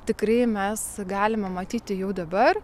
tikrai mes galime matyti jau dabar